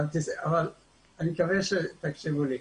אבל אני מקווה שתקשיבו לי.